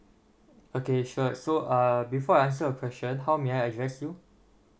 okay sure so uh before I answer your question how may I address you